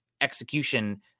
execution